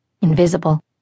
invisible